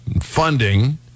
funding